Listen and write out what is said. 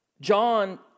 John